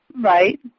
Right